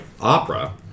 opera